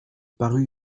parut